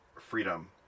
freedom